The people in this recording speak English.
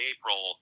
April